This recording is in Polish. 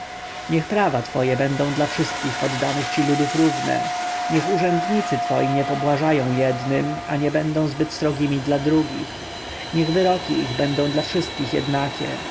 niech prawa twoje będą dla wszystkich poddanych ci ludów równe niech urzędnicy twoi nie pobłażają jednym a nie będą zbyt srogimi dla drugich niech wyroki ich będą dla wszystkich jednakie